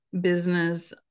business